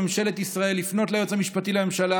לממשלת ישראל לפנות ליועץ המשפטי לממשלה